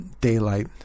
daylight